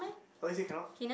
I always say cannot